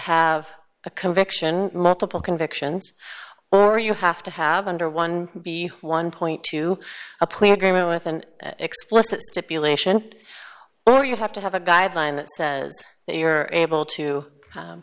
have a conviction multiple convictions or you have to have under one b one point to a plea agreement with an explicit stipulation or you have to have a guideline that says that you're able to